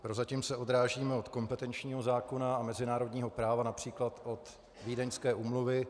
Prozatím se odrážíme od kompetenčního zákona a mezinárodního práva, například od Vídeňské úmluvy.